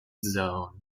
zone